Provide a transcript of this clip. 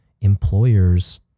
employers